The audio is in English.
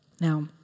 Now